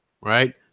Right